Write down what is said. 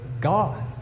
God